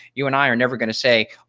you and i are never gonna say,